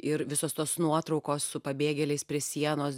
ir visos tos nuotraukos su pabėgėliais prie sienos